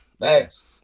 thanks